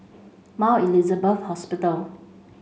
Mount Elizabeth Hospital